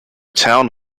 town